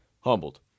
humbled